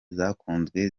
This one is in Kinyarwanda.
zakunzwe